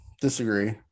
disagree